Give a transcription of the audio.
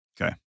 Okay